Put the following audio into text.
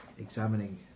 examining